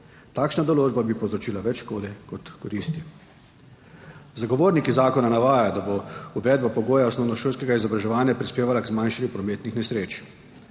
Takšna določba bi povzročila več škode kot koristi. Zagovorniki zakona navajajo, da bo uvedba pogoja osnovnošolskega izobraževanja prispevala k zmanjšanju prometnih nesreč,